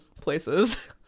places